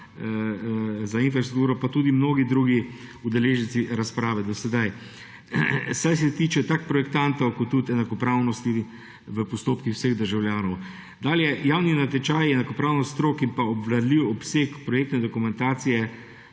za infrastrukturo pa tudi mnogi drugi udeleženci razprave do sedaj, saj se tiče tako projektantov kot tudi enakopravnosti v postopkih vseh državljanov. Dalje. Javni natečaj, enakopravnost strok in obvladljiv obseg projektne dokumentacije